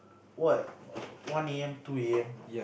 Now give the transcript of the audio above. what one a_m two a_m